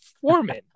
Foreman